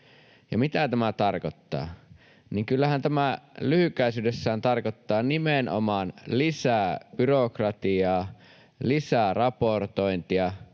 mitä tämä tarkoittaa? Kyllähän tämä lyhykäisyydessään tarkoittaa nimenomaan lisää byrokratiaa ja lisää raportointia,